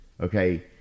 okay